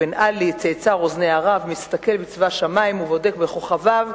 אבן עלי/ צאצא רוזני ערב/ מסתכל בצבא שמים / ובודק בכוכביו.